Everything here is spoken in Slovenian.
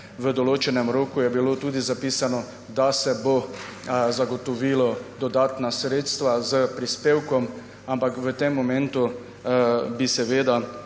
v določenem roku je bilo tudi zapisano, da se bodo zagotovila dodatna sredstva s prispevkov, ampak v tem momentu bi